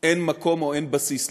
אין מקום, או אין בסיס לפחות.